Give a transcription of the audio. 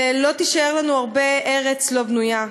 ולא תישאר לנו הרבה ארץ לא בנויה.